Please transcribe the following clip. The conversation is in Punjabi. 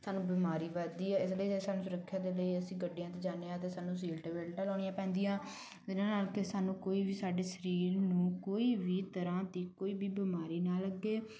ਸਾਨੂੰ ਬਿਮਾਰੀ ਵੱਧਦੀ ਹੈ ਇਸ ਲਈ ਸਾਡੀ ਸੁਰੱਖਿਆ ਦੇ ਲਈ ਅਸੀਂ ਗੱਡੀਆਂ 'ਚ ਜਾਂਦੇ ਹਾਂ ਅਤੇ ਸਾਨੂੰ ਸੀਟ ਬੈਲਟ ਲਾਉਣੀਆਂ ਪੈਂਦੀਆਂ ਇਹਨਾਂ ਨਾਲ ਕਿ ਸਾਨੂੰ ਕੋਈ ਵੀ ਸਾਡੇ ਸ਼ਰੀਰ ਨੂੰ ਕੋਈ ਵੀ ਤਰ੍ਹਾਂ ਦੀ ਕੋਈ ਵੀ ਬਿਮਾਰੀ ਨਾ ਲੱਗੇ